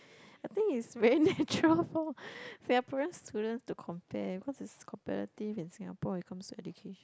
I think is very natural for Singaporean students to compare because it's competitive in Singapore when it comes to education